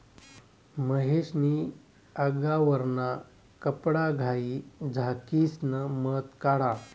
महेश नी आगवरना कपडाघाई झाकिसन मध काढा